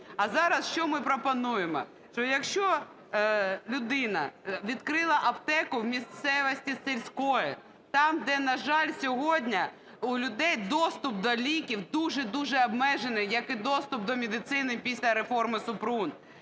А зараз що ми пропонуємо? Що якщо людина відкрила аптеку у місцевості сільській, там, де, на жаль, сьогодні у людей доступ до ліків дуже-дуже обмежений, як і доступ до медицини після реформи Супрун,